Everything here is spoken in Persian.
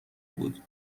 بود